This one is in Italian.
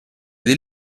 del